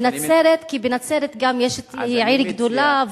נצרת היא עיר גדולה,